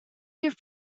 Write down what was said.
give